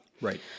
Right